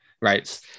Right